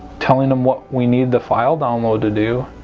telling them what we need the file download to do